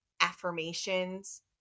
affirmations